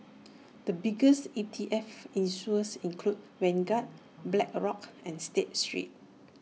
the biggest E T F issuers include Vanguard Blackrock and state street